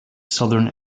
southern